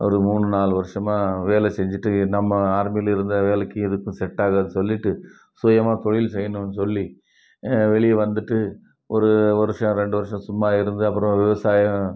ஒரு மூணு நாலு வருஷமாக வேலை செஞ்சுட்டு இன்னமா ஆர்மிலருந்தால் வேலைக்கும் இதுக்கும் செட்டாகாதுன்னு சொல்லிகிட்டு சுயமாக தொழில் செய்யணுன்னு சொல்லி வெளியே வந்துட்டு ஒரு ஒரு வருஷம் ரெண்டு வருஷம் சும்மா இருந்து அப்புறம் விவசாயம்